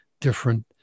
different